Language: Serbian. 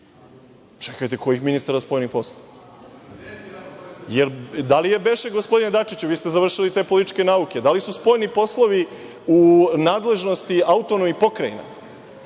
Čekajte, kojih ministara spoljnih poslova? Da li su, gospodine Dačiću, vi ste završili te političke nauke, spoljni poslovi u nadležnosti autonomnih pokrajina